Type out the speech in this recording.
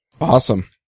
Awesome